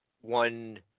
one